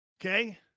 Okay